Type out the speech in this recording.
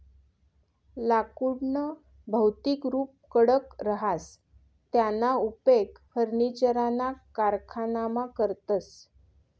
लाकुडनं भौतिक रुप कडक रहास त्याना उपेग फर्निचरना कारखानामा करतस